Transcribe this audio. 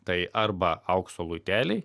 tai arba aukso luiteliai